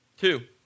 Two